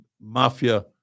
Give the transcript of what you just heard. mafia